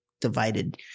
divided